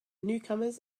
newcomers